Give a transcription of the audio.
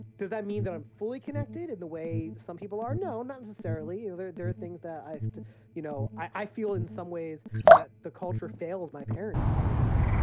does that mean that i'm fully connected in the way some people are? no, not necessarily. there there are things that i so you know, i feel in some ways that the culture failed my parents in many ways,